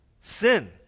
sin